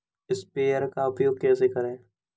Sprayer का उपयोग कैसे करें?